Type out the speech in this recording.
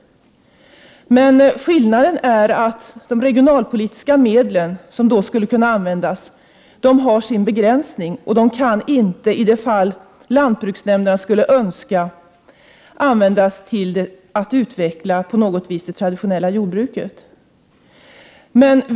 De regionalpolitiska medlen, som då skulle kunna användas, har emellertid sin begränsning. Man kan inte i de fall lantbruksnämnderna så skulle önska använda regionalpolitiska medel till att utveckla det traditionella jordbruket.